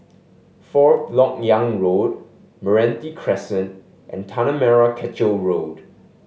Fourth Lok Yang Road Meranti Crescent and Tanah Merah Kechil Road